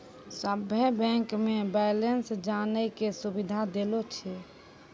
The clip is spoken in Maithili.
सभे बैंक मे बैलेंस जानै के सुविधा देलो छै